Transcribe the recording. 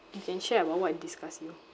I can share about what disgusts me